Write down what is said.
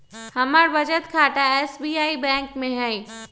हमर बचत खता एस.बी.आई बैंक में हइ